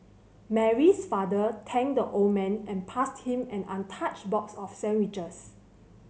Mary's father thanked the old man and passed him an untouched box of sandwiches